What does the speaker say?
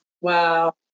Wow